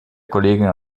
kolleginnen